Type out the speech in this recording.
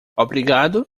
obrigado